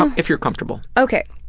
um if you're comfortable. ok.